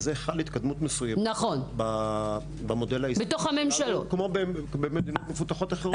בזה חלה התקדמות מסוימת במודל העסקי כמו במדינות מפותחות אחרות.